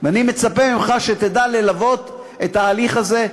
ואני מצפה ממך שתדע ללוות את ההליך הזה.